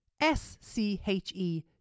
s-c-h-e